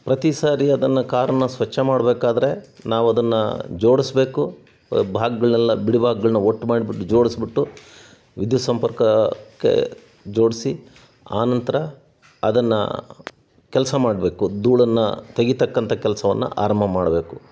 ಪ್ರತಿ ಸಾರಿ ಅದನ್ನು ಕಾರನ್ನು ಸ್ವಚ್ಛ ಮಾಡಬೇಕಾದ್ರೆ ನಾವು ಅದನ್ನು ಜೋಡಿಸ್ಬೇಕು ಭಾಗಗಳ್ನೆಲ್ಲ ಬಿಡಿ ಭಾಗಗಳ್ನ ಒಟ್ಟು ಮಾಡ್ಬಿಟ್ಟು ಜೋಡ್ಸ್ಬಿಟ್ಟು ವಿದ್ಯುತ್ ಸಂಪರ್ಕಕ್ಕೆ ಜೋಡಿಸಿ ಆನಂತರ ಅದನ್ನು ಕೆಲಸ ಮಾಡಬೇಕು ಧೂಳನ್ನು ತೆಗೀತಕ್ಕಂಥ ಕೆಲಸವನ್ನ ಆರಂಭ ಮಾಡಬೇಕು